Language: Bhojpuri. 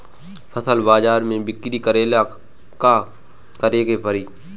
फसल बाजार मे बिक्री करेला का करेके परी?